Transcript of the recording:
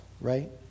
right